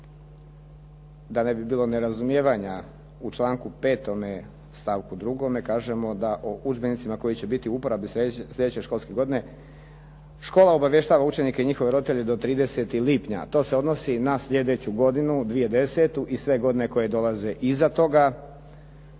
da ne bi bilo nerazumijevanja u članku 5. stavku 2. kažemo da o udžbenicima koji će biti u uporabi sljedeće školske godine škola obavještava učenike i njihove roditelje do 30. lipnja, a to se odnosi na sljedeću godinu 2010. i sve godine koje dolaze iza toga,